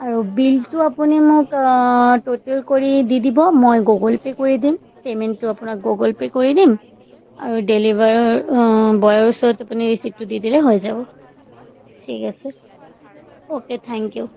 আৰু বিলটো আপুনি মোক ট'টেল কৰি দি দিব মই গুগল পে' কৰি দিম পে'মেণ্টটো আপোনাক গুগল পে' কৰি দিম আৰু ডেলিভাৰ বয়ৰ ওচৰত আপুনি ৰিচিপটো দি দিলে হৈ যাব ঠিক আছে অ'কে থেংক ইউ